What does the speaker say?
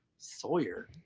sawyer?